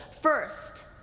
First